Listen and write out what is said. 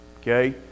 okay